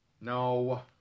No